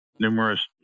Numerous